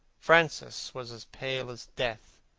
francis was as pale as death.